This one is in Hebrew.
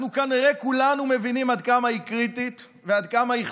אנחנו כנראה כולנו מבינים עד כמה היא קריטית וחשובה,